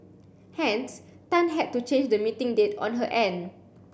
hence Tan had to change the meeting date on her end